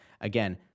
Again